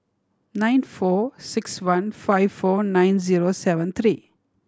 nine four six one five four nine zero seven three